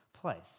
place